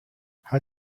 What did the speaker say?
how